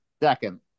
Second